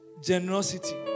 Generosity